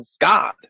God